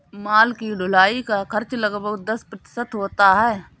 माल की ढुलाई का खर्च लगभग दस प्रतिशत होता है